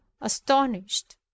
astonished